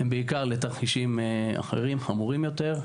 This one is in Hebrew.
בעיקר לתרחישים אחרים, חמורים יותר.